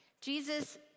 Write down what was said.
Jesus